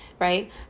right